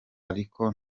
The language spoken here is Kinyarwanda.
ariko